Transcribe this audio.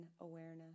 awareness